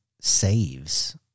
saves